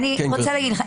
אני רוצה להגיד לך,